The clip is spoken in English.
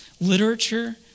literature